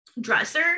dresser